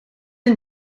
een